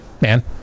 man